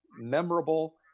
memorable